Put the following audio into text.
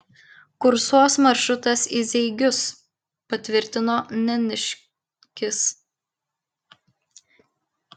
kursuos maršrutas į zeigius patvirtino neniškis